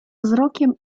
wzrokiem